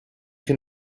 can